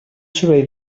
soroll